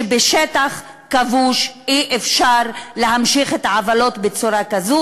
שבשטח כבוש אי-אפשר להמשיך את העוולות בצורה כזו.